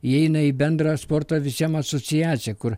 įeina į bendrą sporto visiems asociaciją kur